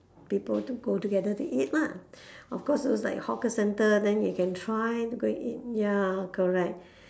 people to go together to eat lah of course those like hawker centre then you can try to go and eat ya correct